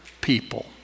people